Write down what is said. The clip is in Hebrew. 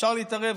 אפשר להתערב,